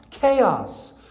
Chaos